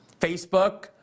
Facebook